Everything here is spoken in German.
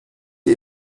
die